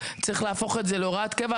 צריך להפוך את זה להוראת קבע.